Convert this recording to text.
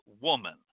woman